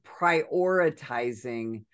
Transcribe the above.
prioritizing